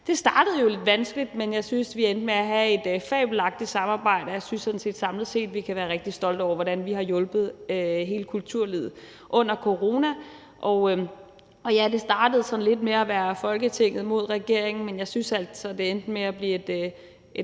Det startede jo lidt vanskeligt, men jeg synes, at vi endte med at have et fabelagtigt samarbejde, og jeg synes sådan set, at vi samlet set kan være rigtig stolte over, hvordan vi har hjulpet hele kulturlivet under corona. Og ja, det startede sådan lidt med at være Folketinget mod regeringen, men jeg synes altså, at det endte med at blive et